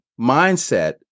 mindset